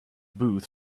booth